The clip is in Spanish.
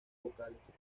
vocales